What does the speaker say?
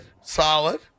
solid